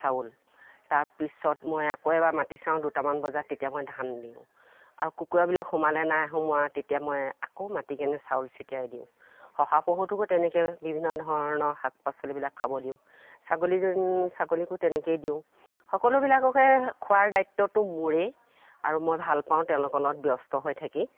চাউল তাৰপিছত মই আকৌ এবাৰ মাতি চাওঁ দুটামান বজাত তেতিয়া মই ধান দিওঁ আৰু কুকুৰাবিলাক সোমালে নাই সোমোৱা তেতিয়া মই আকৌ মাতি কেনে চাউল চটিয়াই দিওঁ শহাপহুটোকো তেনেকে বিভিন্ন ধৰণৰ শাক পাচলিবিলাক খাব দিওঁ ছাগলী ছাগলীকো তেনেকেই দিওঁ সকলোবিলাককে খোৱাৰ দায়িত্বটো মোৰেই আৰু মই ভাল পাওঁ তেওঁলোকৰ লগত ব্যস্ত হৈ থাকি